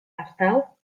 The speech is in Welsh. ardal